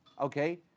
okay